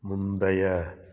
முந்தைய